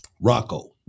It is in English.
Rocco